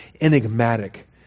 enigmatic